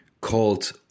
called